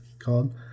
called